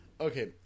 Okay